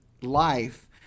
life